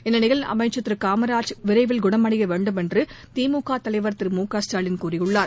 இந்நிலையில் அமைச்சா் திரு காமராஜ் விரைந்து குணமடைய வேண்டும் என்று திமுக தலைவா் திரு மு க ஸ்டாலின் கூறியுள்ளார்